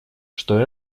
что